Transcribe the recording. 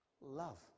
love